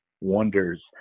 wonders